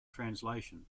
translation